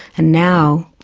and now,